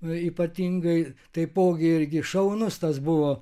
ypatingai taipogi irgi šaunus tas buvo